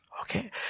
Okay